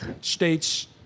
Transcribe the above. states